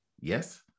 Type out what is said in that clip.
Yes